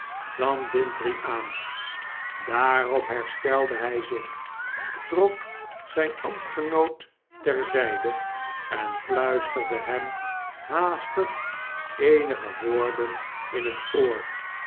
dan bintrey aan daarop herstelde hij zich trok zyn ambtgenoot ter zyde en fluisterde hemhaastigeenige woorden in het oor